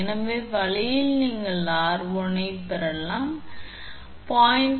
எனவே இந்த வழியில் நீங்கள் 𝑟1 பெறலாம் 0